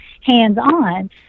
hands-on